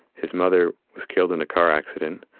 his mother was killed in a car accident.